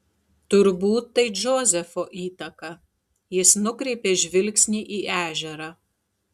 turbūt tai džozefo įtaka jis nukreipė žvilgsnį į ežerą